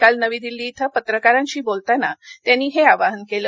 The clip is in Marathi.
काल नवी दिल्ली इथं पत्रकारांशी बोलताना त्यांनी हे आवाहन केलं